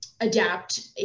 adapt